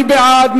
מי בעד?